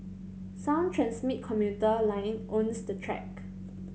sound Tranmit commuter line owns the track